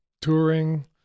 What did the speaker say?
touring